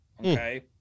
okay